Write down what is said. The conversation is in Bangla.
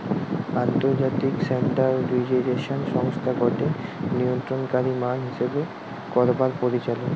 আন্তর্জাতিক স্ট্যান্ডার্ডাইজেশন সংস্থা গটে নিয়ন্ত্রণকারী মান হিসেব করবার পরিচালক